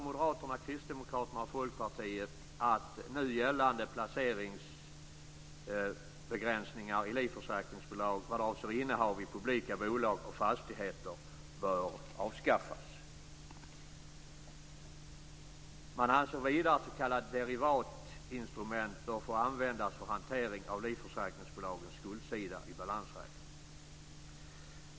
Moderaterna, Kristdemokraterna och Folkpartiet anser att nu gällande placeringsbegränsningar i livförsäkringsbolag vad avser innehav i publika bolag och fastigheter bör avskaffas för tillgångar som svarar mot återbäring. Man anser vidare att s.k. derivatinstrument bör få användas för hantering av livförsäkringsbolagens skuldsida i balansräkningen.